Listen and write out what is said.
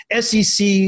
SEC